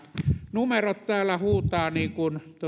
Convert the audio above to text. numerot täällä huutavat niin kuin